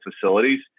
facilities